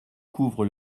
couvre